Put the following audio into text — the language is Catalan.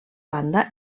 banda